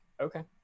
Okay